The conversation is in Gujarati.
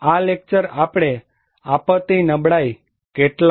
આ લેક્ચર આપણે આપત્તિ નબળાઈ કેટલાક ખ્યાલો પર વાત કરીશું